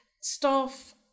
staff